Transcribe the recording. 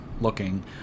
looking